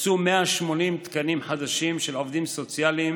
הוקצו 180 תקנים חדשים של עובדים סוציאליים